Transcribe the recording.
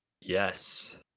Yes